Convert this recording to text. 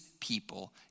people